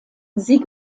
sie